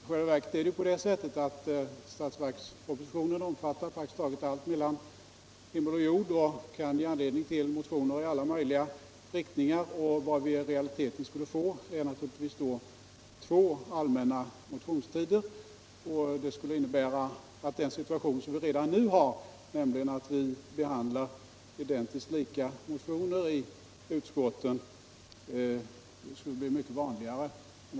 I själva verket omfattar statsverkspropositionen praktiskt taget allt mellan himmel och jord och kan ge anledning till motioner i alla möjliga riktningar. Vad vi i realiteten skulle få är naturligtvis två allmänna motionstider. Det skulle innebära att den situation som vi redan nu har, nämligen att vi behandlar identiskt lika motioner i utskotten, blev mycket vanligare.